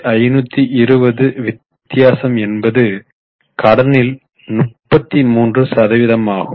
1520 வித்தியாசம் என்பது கடனில் 33 சதவீதமாகும்